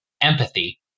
empathy